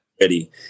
ready